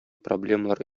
проблемалар